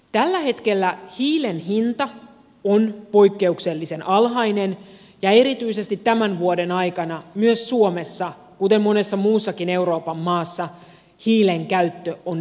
tällä hetkellä hiilen hinta on poikkeuksellisen alhainen ja erityisesti tämän vuoden aikana myös suomessa kuten monessa muussakin euroopan maassa hiilen käyttö on lisääntynyt